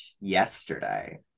yesterday